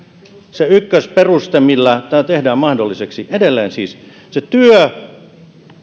se ykkösperuste millä tämä tehdään mahdolliseksi edelleen siis se työ